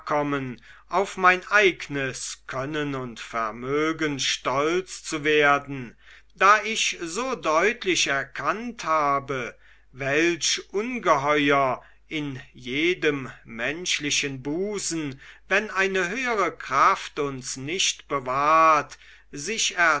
auf mein eignes können und vermögen stolz zu werden da ich so deutlich erkannt habe welch ungeheuer so in jedem menschlichen busen wenn eine höhere kraft uns nicht bewahrt sich